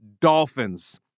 Dolphins